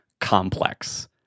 complex